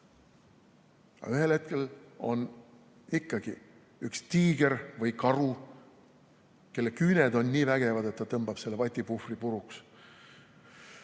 ühel hetkel on ikkagi üks tiiger või karu, kelle küüned on nii vägevad, et ta tõmbab selle vatipuhvri puruks.